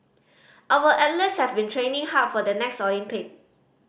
our athletes have been training hard for the next Olympic